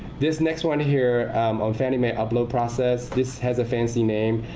this next one here on fannie mae upload process, this has a fancy name.